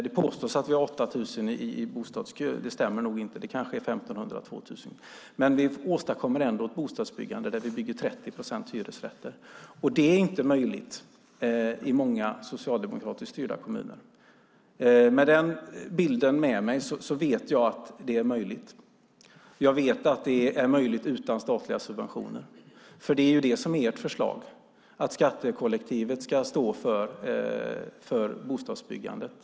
Det påstås att vi har 8 000 i bostadskön. Det stämmer nog inte; det kanske är 1 500-2 000. Men vi åstadkommer ändå ett bostadsbyggande där vi bygger 30 procent hyresrätter. Det är inte möjligt i många socialdemokratiskt styrda kommuner. Med den bilden med mig vet jag att det är möjligt. Jag vet att det är möjligt utan statliga subventioner. Det är det som är ert förslag - skattekollektivet ska stå för bostadsbyggandet.